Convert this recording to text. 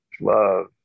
love